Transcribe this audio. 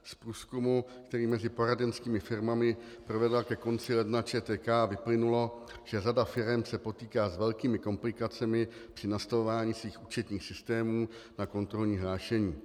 Z průzkumu, který mezi poradenskými firmami provedla ke konci ledna ČTK, vyplynulo, že řada firem se potýká s velkými komplikacemi při nastavování svých účetních systémů na kontrolní hlášení.